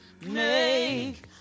make